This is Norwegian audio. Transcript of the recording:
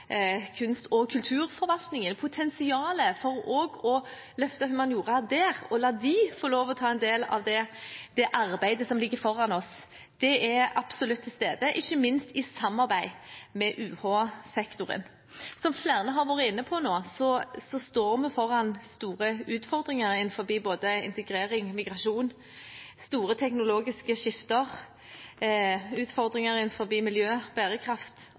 kunst- og kulturforvaltning. Potensialet for å løfte humaniora også der og la dem få lov til å ta en del av det arbeidet som ligger foran oss, er absolutt til stede, ikke minst i samarbeid med UH-sektoren. Som flere har vært inne på, står vi foran store utfordringer innenfor både integrering, migrasjon, store teknologiske skifter, utfordringer innen miljø, bærekraft